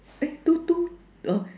eh two two uh